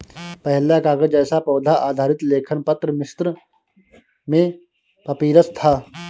पहला कागज़ जैसा पौधा आधारित लेखन पत्र मिस्र में पपीरस था